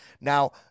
Now